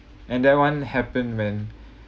and that one happened when